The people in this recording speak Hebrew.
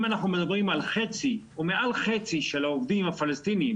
אם אנחנו מדברים על חצי או מעל חצי של העובדים הפלסטינים